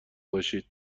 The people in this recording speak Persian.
باشید